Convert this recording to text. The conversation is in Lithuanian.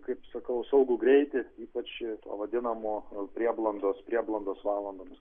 kaip sakau saugų greitį ypač to vadinamo prieblandos prieblandos valandomis